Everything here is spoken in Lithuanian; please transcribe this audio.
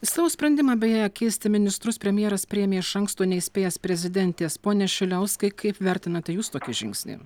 savo sprendimą beje keisti ministrus premjeras priėmė iš anksto neįspėjęs prezidentės pone šiliauskui kaip vertinate jūs tokį žingsnį